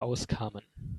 auskamen